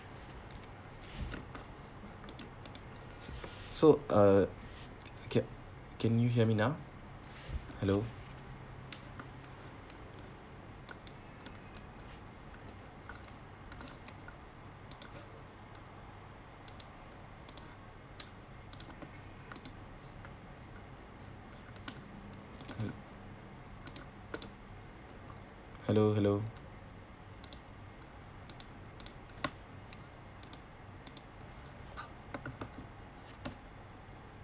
so uh can can you hear me now hello mm hello hello